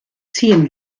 ziehen